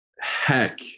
heck